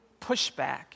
pushback